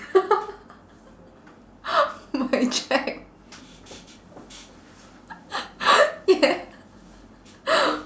my cheque yeah